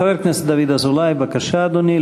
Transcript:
חבר הכנסת דוד אזולאי, בבקשה, אדוני.